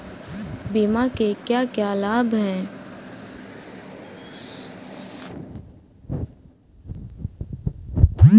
बीमा के क्या क्या लाभ हैं?